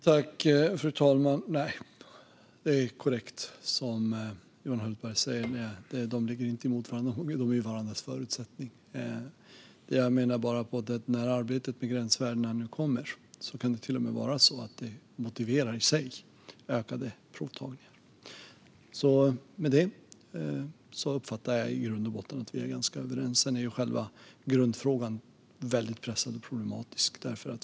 Fru talman! Det som Johan Hultberg säger är korrekt - dessa saker står inte emot varandra, utan de är varandras förutsättning. Jag menar bara att när arbetet med gränsvärdena nu kommer kan det till och med vara så att detta i sig motiverar ökad provtagning. Jag uppfattar att Johan Hultberg och jag i grund och botten är ganska överens. Sedan är ju själva grundfrågan väldigt pressad och problematisk.